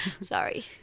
Sorry